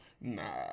Nah